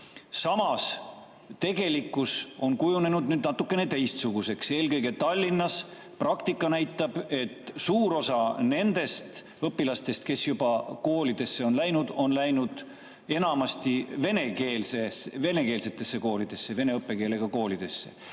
Samas, tegelikkus on kujunenud natukene teistsuguseks. Eelkõige Tallinnas praktika näitab, et suur osa nendest õpilastest, kes juba kooli on läinud, on läinud enamasti venekeelsetesse, vene õppekeelega koolidesse.